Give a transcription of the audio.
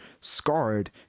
scarred